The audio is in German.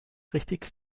richtig